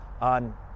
on